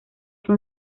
que